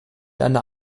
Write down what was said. einer